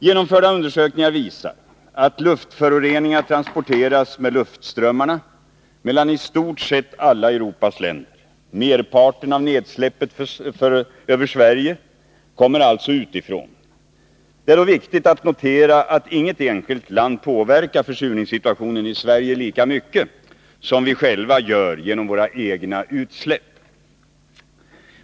Genomförda undersökningar visar att luftföroreningar transporteras med luftströmmarna mellan i stort sett alla Europas länder. Merparten av nedsläppet över Sverige kommer alltså utifrån. Det är dock viktigt att notera att inget enskilt land påverkar försurningssituationen i Sverige lika mycket som vi själva gör genom våra egna utsläpp.